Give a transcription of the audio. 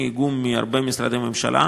מאיגום של הרבה משרדי ממשלה.